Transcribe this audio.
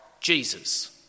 Jesus